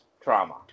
trauma